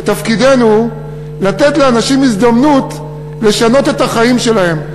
שתפקידנו לתת לאנשים הזדמנות לשנות את החיים שלהם.